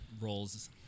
roles